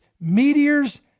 meteors